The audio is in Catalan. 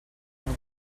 algú